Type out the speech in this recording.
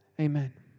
Amen